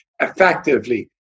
effectively